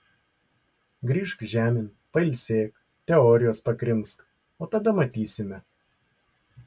grįžk žemėn pailsėk teorijos pakrimsk o tada matysime